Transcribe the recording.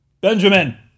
Benjamin